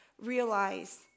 realize